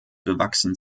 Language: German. bewachsen